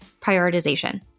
prioritization